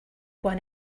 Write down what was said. one